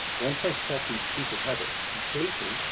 once i stopped these stupid habits completely,